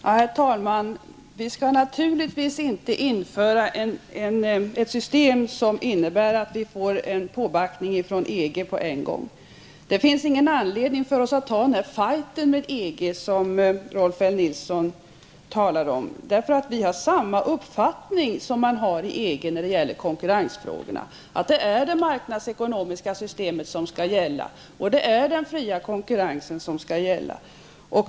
Herr talman! Vi skall naturligtvis inte införa ett system som innebär att vi får en påbackning från EG på en gång. Det finns ingen anledning att ta en fight med EG, som Rolf L Nilson sade. Vi har nämligen samma uppfattning som EG när det gäller konkurrensfrågorna, dvs. att det är det marknadsekonomiska systemet och den fria konkurrensen som skall gälla.